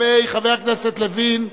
חבר הכנסת לוין,